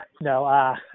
no